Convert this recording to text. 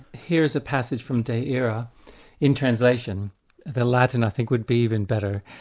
here is a passage from de ira in translation the latin i think would be even better.